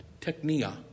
Technia